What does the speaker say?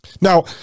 Now